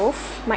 growth